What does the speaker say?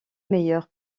meilleure